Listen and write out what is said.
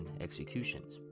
executions